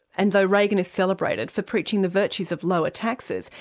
and though reagan is celebrated for preaching the virtues of lower taxes,